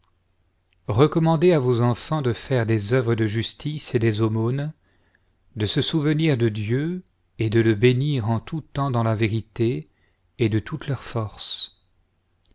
recommandez à vos enfants de faire des œuvres de justice et des aumônes de se souvenir de dieu et de le bénir en tout temps dans la vérité et de toutes leurs forces